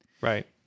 Right